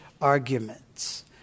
arguments